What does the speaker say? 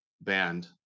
band